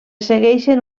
segueixen